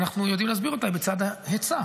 אנחנו יודעים להסביר אותה בצד ההיצע.